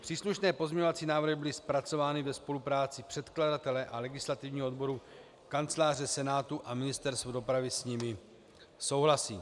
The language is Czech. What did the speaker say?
Příslušné pozměňovací návrhy byly zpracovány ve spolupráci předkladatele a legislativního odboru Kanceláře Senátu a Ministerstvo dopravy s nimi souhlasí.